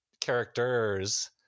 characters